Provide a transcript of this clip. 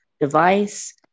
device